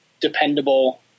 dependable